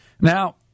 Now